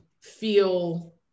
feel